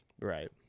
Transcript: Right